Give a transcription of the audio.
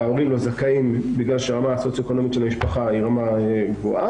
וההורים לא זכאים בגלל שהרמה הסוציו-אקונומית של המשפחה היא גבוהה,